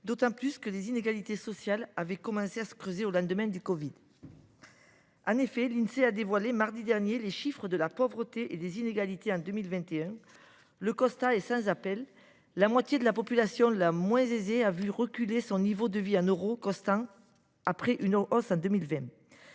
d’autant plus que les inégalités sociales avaient déjà commencé à se creuser au lendemain de la crise covid. En effet, l’Insee a dévoilé, mardi dernier, les chiffres de la pauvreté et des inégalités en 2021. Le constat est sans appel : la moitié de la population la moins aisée a vu reculer son niveau de vie en euros constants, après une hausse en 2020.